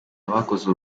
abakoze